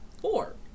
four